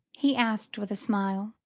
he asked with a smile,